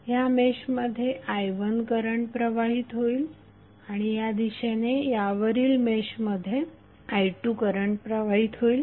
ह्या मेश मध्ये i1 current प्रवाहित होईल आणि या दिशेने यावरील मेशमध्ये i2 करंट प्रवाहित होईल